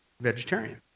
vegetarian